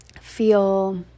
feel